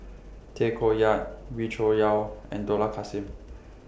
Tay Koh Yat Wee Cho Yaw and Dollah Kassim